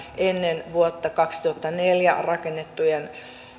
ennen vuotta kaksituhattaneljä rakennettujen